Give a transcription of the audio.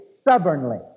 stubbornly